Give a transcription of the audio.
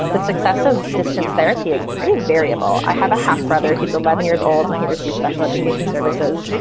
the success of distance therapy is pretty variable. i have a half brother. he's eleven years old and he receive special education services.